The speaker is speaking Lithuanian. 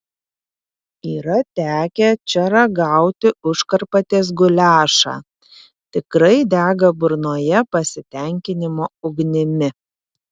yra tekę čia ragauti užkarpatės guliašą tikrai dega burnoje pasitenkinimo ugnimi